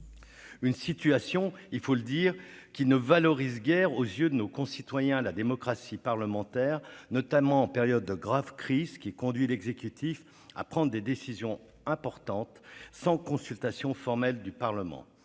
de quatre mois. Cette situation ne valorise guère, aux yeux de nos concitoyens, la démocratie parlementaire, notamment en période de grave crise, qui conduit l'exécutif à prendre des décisions importantes sans consultation formelle du Parlement.